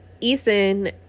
Ethan